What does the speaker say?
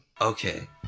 Okay